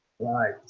right